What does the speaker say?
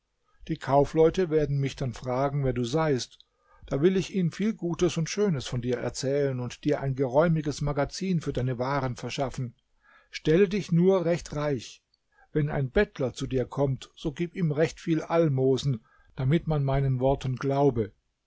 die kaufleute werden mich dann fragen wer du seist da will ich ihnen viel gutes und schönes von dir erzählen und dir ein geräumiges magazin für deine waren verschaffen stelle dich nur recht reich wenn ein bettler zu dir kommt so gib ihm recht viel almosen damit man meinen worten glaube